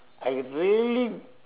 I really